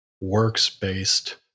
works-based